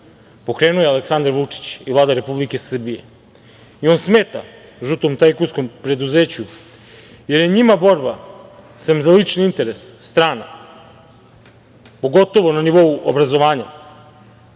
pokrenuo je Aleksandar Vučić i Vlada Republike Srbije i on smeta žutom tajkunskom preduzeću, jer je njima borba, sem za lični interes, strana, pogotovo na nivou obrazovanja.U